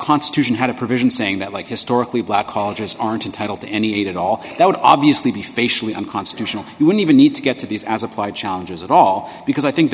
constitution had a provision saying that like historically black colleges aren't entitled to any aid at all that would obviously be facially unconstitutional you would even need to get to these as applied challenges at all because i think th